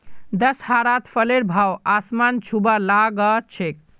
दशहरात फलेर भाव आसमान छूबा ला ग छेक